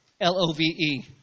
L-O-V-E